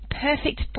perfect